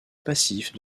passif